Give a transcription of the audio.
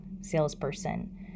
salesperson